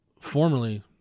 Formerly